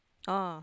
oh